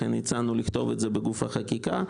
לכן הצענו לכתוב את זה בגוף החקיקה.